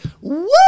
woo